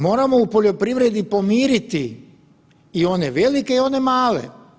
Moramo u poljoprivredi pomiriti i one velike i one male.